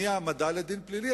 מהעמדה לדין פלילי.